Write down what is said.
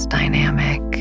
dynamic